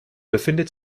befindet